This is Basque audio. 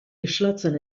islatzen